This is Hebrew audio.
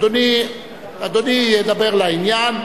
אדוני ידבר לעניין.